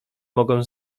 mogą